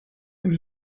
when